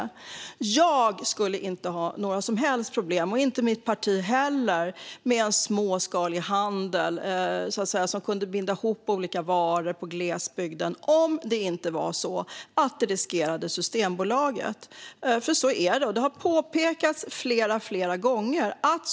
Själv skulle jag inte ha några som helst problem med en småskalig handel som kunde binda ihop olika varor på glesbygden - och det skulle inte mitt parti heller - om det inte var så att det riskerade Systembolaget. Så är det nämligen, och det har påpekats flera gånger.